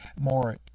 more